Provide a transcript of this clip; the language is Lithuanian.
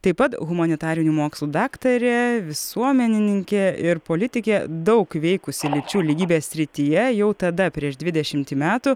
taip pat humanitarinių mokslų daktarė visuomenininkė ir politikė daug veikusi lyčių lygybės srityje jau tada prieš dvidešimtį metų